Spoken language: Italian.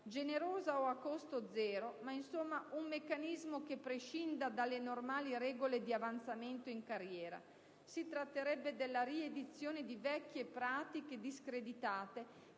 generosa o a costo zero, ma insomma un meccanismo che prescinda dalle normali regole di avanzamento in carriera. Si tratterebbe della riedizione di vecchie pratiche discreditate